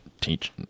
teach